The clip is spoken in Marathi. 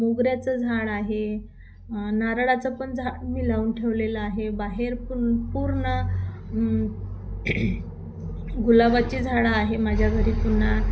मोगऱ्याचं झाड आहे नारळाचं पण झाड मी लावून ठेवलेलं आहे बाहेर पण पूर्ण गुलाबाची झाडं आहे माझ्या घरी पुन्हा